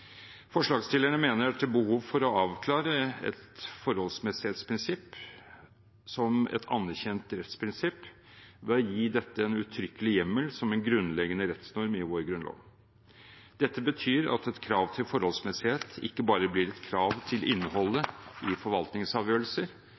Forslagsstillerne mener at det er behov for å avklare et forholdsmessighetsprinsipp som et anerkjent rettsprinsipp ved å gi dette en uttrykkelig hjemmel som en grunnleggende rettsnorm i vår grunnlov. Dette betyr at et krav til forholdsmessighet ikke bare blir et krav til innholdet